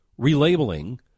relabeling